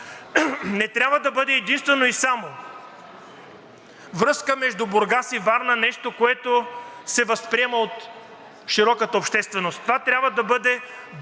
не трябва да бъде единствено и само връзка между Бургас и Варна, нещо, което се възприема от широката общественост. Това трябва да бъде друг